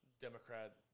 Democrat